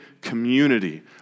community